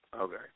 Okay